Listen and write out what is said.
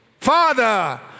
Father